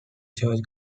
church